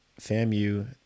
FAMU